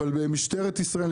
אבל במשטרת ישראל,